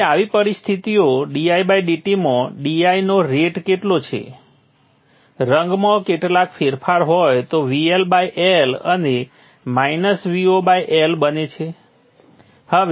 તેથી આવી પરિસ્થિતિઓ didt માં di નો રેટ કેટલો છે રંગમાં કેટલાક ફેરફાર હોય તો VL L અને Vo L બને છે